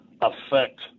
affect